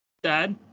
Dad